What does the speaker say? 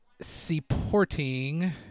supporting